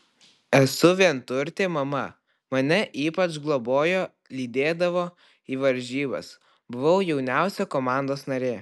esu vienturtė mama mane ypač globojo lydėdavo į varžybas buvau jauniausia komandos narė